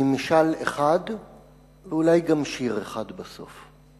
נמשל אחד ואולי גם שיר אחד בסוף.